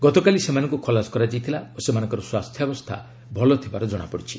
ଗତକାଲି ସେମାନଙ୍କୁ ଖଲାସ କରାଯାଇଥିଲା ଓ ସେମାନଙ୍କର ସ୍ୱାସ୍ଥ୍ୟାବସ୍ଥା ଭଲ ଥିବାର ଜଣାପଡ଼ିଛି